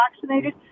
vaccinated